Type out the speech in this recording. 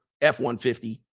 F-150